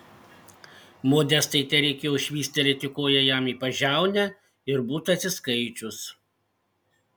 modestai tereikėjo švystelėti koja jam į pažiaunę ir būtų atsiskaičius